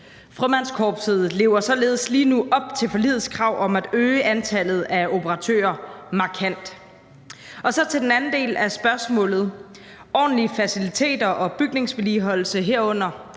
Frømandskorpset lever således lige nu op til forligets krav om at øge antallet af operatører markant. Til den anden del af spørgsmålet vil jeg sige, at ordentlige faciliteter og bygningsvedligeholdelse, herunder